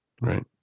Right